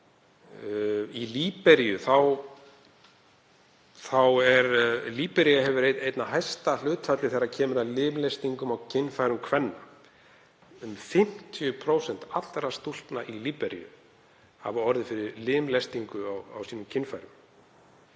Líbería hefur einna hæsta hlutfallið þegar kemur að limlestingum á kynfærum kvenna. Um 50% allra stúlkna í Líberíu hafa orðið fyrir limlestingu á sínum kynfærum.